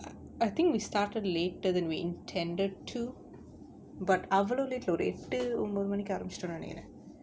I think we started later than we intended to but அவ்வளோ:avvalo late இல்ல ஒரு எட்டு ஒம்பது மணிக்கு ஆரம்பிச்சுட்டோம் நெனைக்குறேன்:illa oru ettu ombathu manikku aarambichuttom nenaikkuraen